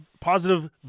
positive